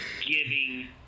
giving